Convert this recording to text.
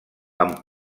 amb